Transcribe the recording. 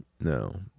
No